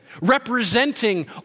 representing